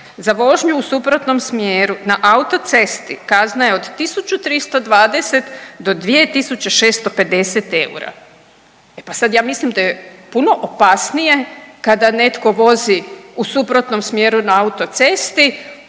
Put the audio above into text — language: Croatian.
za vožnju u suprotnom smjeru na autocesti kazna je od 1320 do 2650 eura. E, pa sad ja mislim da je puno opasnije kada netko vozi u suprotnom smjeru na autocesti